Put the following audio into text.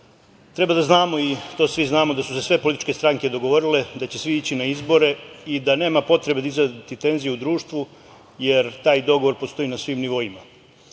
da znamo, i to svi znamo, da su se sve političke stranke dogovorile da će svi ići na izbore i da nema potrebe dizati tenziju u društvu jer taj dogovor postoji na svim nivoima.